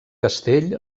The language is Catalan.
castell